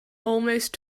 almost